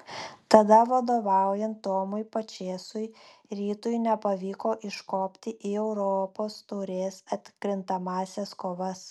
tada vadovaujant tomui pačėsui rytui nepavyko iškopti į europos taurės atkrintamąsias kovas